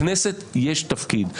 לכנסת יש תפקיד.